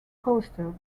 coaster